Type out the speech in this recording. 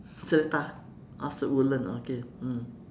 seletar oh so woodland okay mm